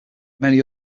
many